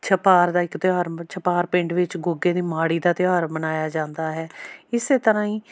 ਛਪਾਰ ਦਾ ਇੱਕ ਤਿਉਹਾਰ ਛਪਾਰ ਪਿੰਡ ਵਿੱਚ ਗੁੱਗੇ ਦੀ ਮਾੜੀ ਦਾ ਤਿਉਹਾਰ ਮਨਾਇਆ ਜਾਂਦਾ ਹੈ ਇਸ ਤਰ੍ਹਾਂ ਹੀ